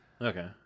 okay